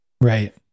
right